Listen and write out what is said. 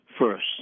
first